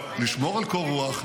לשמור על קור רוח,